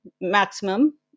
maximum